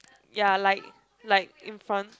ya like like in front